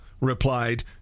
replied